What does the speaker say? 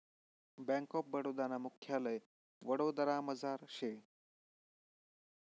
bank of Baroda नं मुख्यालय वडोदरामझार शे